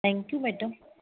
thank you madam